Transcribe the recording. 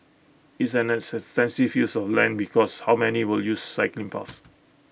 it's an extensive use of land because how many will use cycling paths